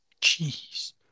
Jeez